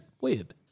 weird